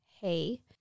hey